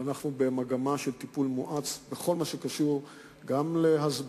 ואנחנו במגמה של טיפול מואץ בכל מה שקשור גם להסברה,